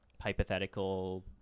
hypothetical